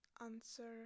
answer